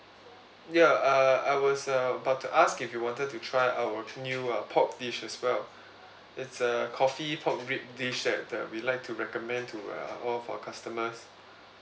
ya uh I was uh about to ask if you wanted to try our new uh pork dish as well it's a coffee pork rib dish that the we like to recommend to uh all for customers